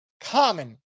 Common